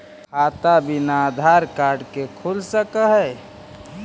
खाता बिना आधार कार्ड के खुल सक है?